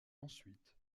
ensuite